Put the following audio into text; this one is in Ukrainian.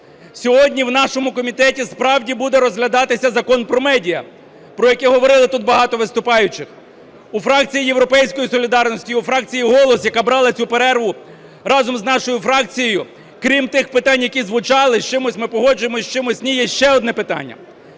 Сьогодні в нашому комітеті справді буде розглядатися Закон про медіа, про який говорили тут багато виступаючих. У фракції "Європейської солідарності", у фракції "Голос", яка брала цю перерву, разом з нашою фракцією, крім тих питань, які звучали, з чимось ми погоджуємося, з чимось – ні, є ще одне питання.